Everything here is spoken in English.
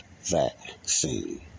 vaccine